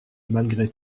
malgré